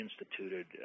instituted